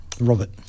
Robert